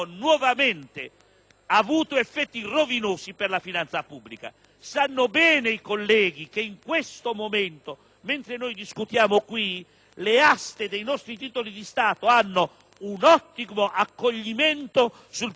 avuto effetti rovinosi per la finanza pubblica. Sanno bene i colleghi che in questo momento, mentre noi discutiamo qui, le aste dei nostri titoli di Stato hanno un ottimo accoglimento sul piano della quantità,